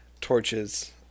torches